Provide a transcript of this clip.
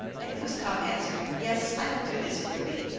and glooskap answered, yes, i will do this for thee,